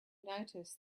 noticed